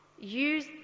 Use